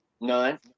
None